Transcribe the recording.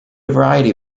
variety